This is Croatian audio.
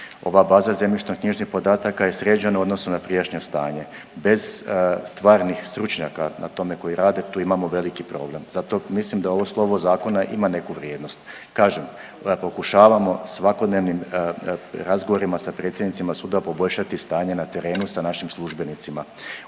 Ova baza zemljišno-knjižnih podataka je sređena u odnosu na prijašnje stanje. Bez stvarnih stručnjaka na tome koji rade tu imamo veliki problem. Zato mislim da ovo slovo zakona ima neku vrijednost. Kažem da pokušavamo svakodnevnim razgovorima sa predsjednicima sudova poboljšati stanje na terenu sa našim službenicima,